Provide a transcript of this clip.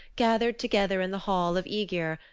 gathered together in the hall of aegir,